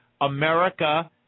America